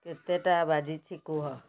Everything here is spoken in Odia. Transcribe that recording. କେତେଟା ବାଜିଛି କୁହ